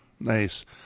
Nice